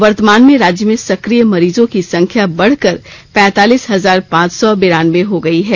वर्तमान में राज्य में संक्रिय मरीजों की संख्या बढ़ कर पैंतालीस हजार पांच सौ बेरानवे हो गई है